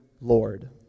Lord